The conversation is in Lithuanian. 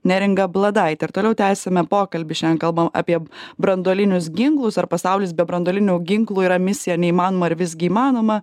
neringa bladaite ir toliau tęsiame pokalbį šiandien kalbam apie branduolinius ginklus ar pasaulis be branduolinių ginklų yra misija neįmanoma ar visgi įmanoma